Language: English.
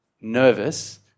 nervous